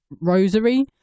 rosary